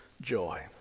joy